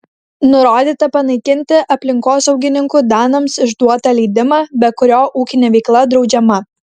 nurodyta panaikinti aplinkosaugininkų danams išduotą leidimą be kurio ūkinė veikla draudžiama